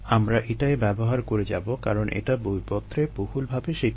আমরা এটাই ব্যবহার করে যাবো কারণ এটা বইপত্রে বহুলভাবে স্বীকৃত